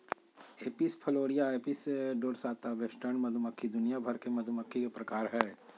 Apis florea, Apis dorsata, western मधुमक्खी दुनिया भर के मधुमक्खी के प्रकार हय